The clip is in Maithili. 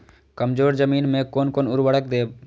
कमजोर जमीन में कोन कोन उर्वरक देब?